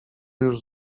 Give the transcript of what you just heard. już